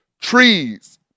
Trees